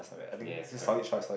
yes correct